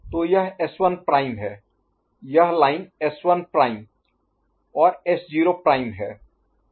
तो यह S1 prime है S1' यह लाइन S1 प्राइम S1' और S0 प्राइम है